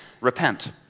Repent